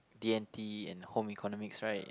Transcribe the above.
D and T and home economics right